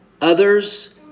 Others